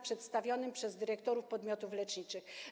przedstawionym przez dyrektorów podmiotów leczniczych.